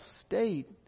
state